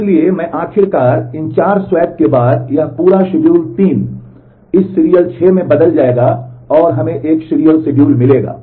इसलिए मैं आखिरकार इन 4 स्वैप के बाद यह पूरा शेड्यूल 3 इस सीरियल 6 में बदल जाएगा और हमें एक सीरियल शेड्यूल मिलेगा